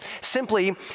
Simply